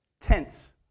tense